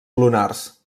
lunars